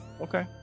okay